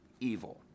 evil